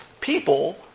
people